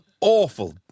awful